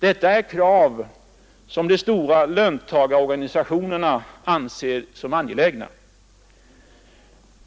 Detta är krav som de stora löntagarorganisationerna anser angelägna.